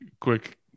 quick